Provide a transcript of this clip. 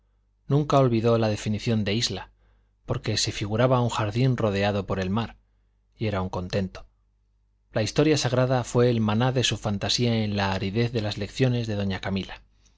nunca olvidó la definición de isla porque se figuraba un jardín rodeado por el mar y era un contento la historia sagrada fue el maná de su fantasía en la aridez de las lecciones de doña camila